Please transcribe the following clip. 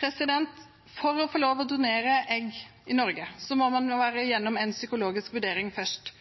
For å få lov til å donere egg i Norge må man igjennom en psykologisk vurdering først.